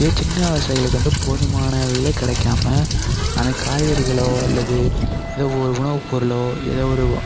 இதே சின்ன விவசாயிகளுக்கு வந்து போதுமான விலை கிடைக்காம அந்த காய்கறிகளோ அல்லது ஏதோ ஒரு உணவு பொருளோ ஏதோ ஒரு ஒ